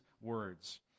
words